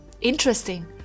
Interesting